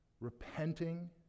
repenting